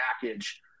package